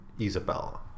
Isabella